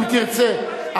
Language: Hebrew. אם תרצה,